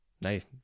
Nice